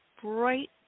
bright